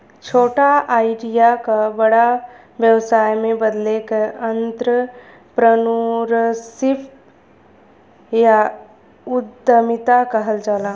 छोटा आईडिया क बड़ा व्यवसाय में बदले क आंत्रप्रनूरशिप या उद्दमिता कहल जाला